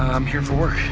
i'm here for